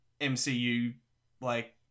MCU-like